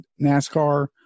NASCAR